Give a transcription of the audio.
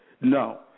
no